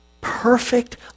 perfect